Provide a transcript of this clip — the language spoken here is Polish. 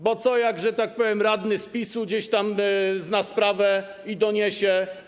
Bo co jak, że tak powiem, radny z PiS gdzieś tam zna sprawę i doniesie?